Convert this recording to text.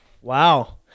Wow